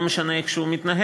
ולא משנה איך הוא מתנהג,